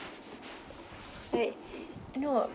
like no